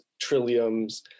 trilliums